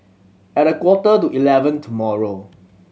at a quarter to eleven tomorrow